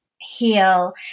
heal